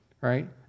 right